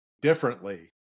differently